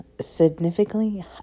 significantly